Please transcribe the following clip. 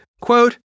Quote